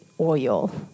oil